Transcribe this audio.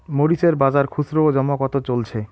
মরিচ এর বাজার খুচরো ও জমা কত চলছে?